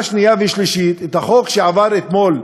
שנייה ושלישית הצעת החוק שעברה אתמול,